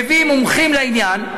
מביא מומחים לעניין.